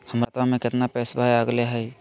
हमर खतवा में कितना पैसवा अगले हई?